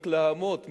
מתלהמות,